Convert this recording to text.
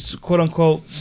quote-unquote